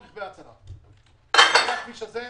זה כביש שאני פרצתי